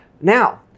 now